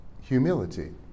humility